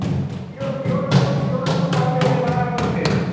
یورٕ یورٕ حظ چھُس یورٕ حظ چھُس بہٕ پَرہیز تہِ برابر کٔرِتھ